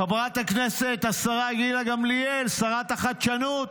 חברת הכנסת השרה גילה גמליאל, שרת החדשנות,